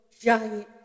giant